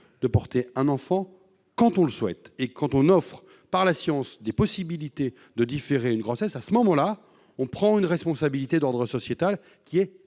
de porter un enfant quand on le souhaite. Quand on offre, par la science, des possibilités de différer une grossesse, on prend une lourde responsabilité d'ordre sociétal. Cette